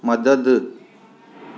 मदद